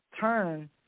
turn